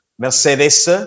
Mercedes